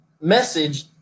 message